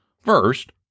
First